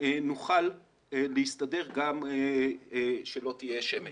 נוכל להסתדר גם כשלא תהיה שמש.